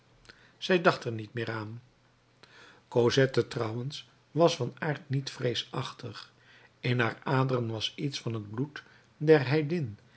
zij dacht er niet meer aan cosette trouwens was van aard niet vreesachtig in haar aderen was iets van het bloed der